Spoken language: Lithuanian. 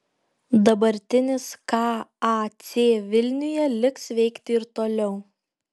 dabartinis kac vilniuje liks veikti ir toliau